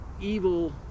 evil